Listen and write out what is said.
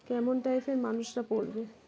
কেমন টাইপের মানুষরা পড়বে